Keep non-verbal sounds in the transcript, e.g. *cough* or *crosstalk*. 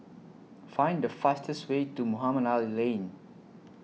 *noise* Find The fastest Way to Mohamed Ali Lane